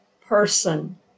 person